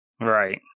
Right